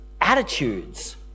attitudes